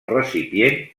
recipient